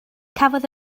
cafodd